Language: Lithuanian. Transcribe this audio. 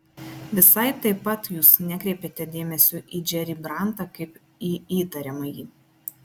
visai taip pat jūs nekreipėte dėmesio į džerį brantą kaip į įtariamąjį